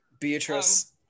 Beatrice